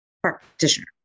practitioner